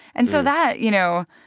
and so that you know,